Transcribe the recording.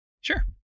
Sure